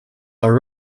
are